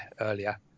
earlier